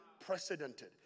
unprecedented